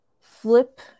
flip